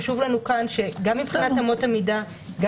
חשוב לנו כאן גם מבחינת אמות המידה גם